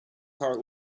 heart